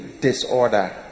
disorder